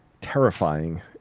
terrifying